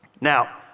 Now